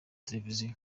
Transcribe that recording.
televiziyo